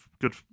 Good